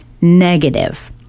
negative